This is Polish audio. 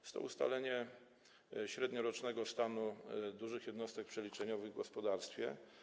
Jest to ustalenie średniorocznego stanu dużych jednostek przeliczeniowych w gospodarstwie.